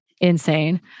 insane